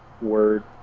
word